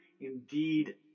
indeed